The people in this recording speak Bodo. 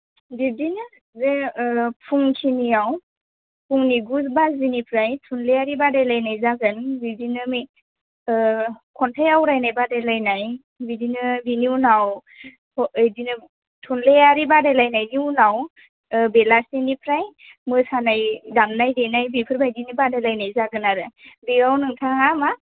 बिब्दिनो जे ओ फुं खिनियाव फुंनि गु बाजिनिफ्राय थुनलायारि बादाय लायनाय जागोन बिदिनो मेओ खन्थाइ आवरायनाय बादायलायनाय बिदिनो बिनि उनाव फ' बिदिनो थुनलायारि बादायलायनायनि उनाव ओ बेलासिनिफ्राय मोसानाय दामनाय देनाय बेफोरबायदिनि बादायलायनाय जागोन आरो बेयाव नोंथाङा मा